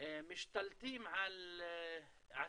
משתלטים על עסקים,